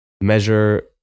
Measure